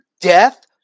death